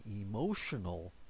emotional